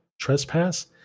trespass